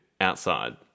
outside